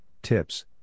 Tips